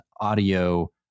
audio